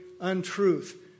untruth